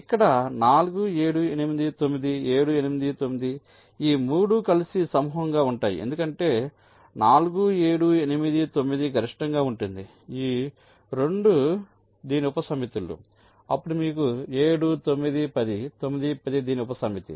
ఇక్కడ 4 7 8 9 7 8 9 ఈ 3 కలిసి సమూహంగా ఉంటాయి ఎందుకంటే 4 7 8 9 గరిష్టంగా ఉంటుంది ఈ 2 దీని ఉపసమితులు అప్పుడు మీకు 7 9 10 9 10 దీని ఉపసమితి